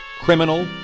criminal